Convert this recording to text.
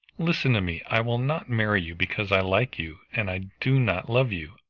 listen to me. i will not marry you because i like you and i do not love you,